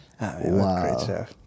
Wow